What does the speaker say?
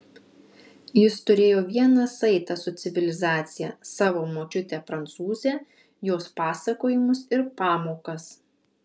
jis turėjo vieną saitą su civilizacija savo močiutę prancūzę jos pasakojimus ir pamokas